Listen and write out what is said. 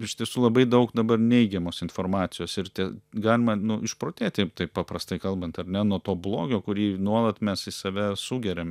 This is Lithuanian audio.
iš tiesų labai daug dabar neigiamos informacijos ir tie galima išprotėti taip paprastai kalbant ar ne nuo to blogio kurį nuolat mes į save sugeriam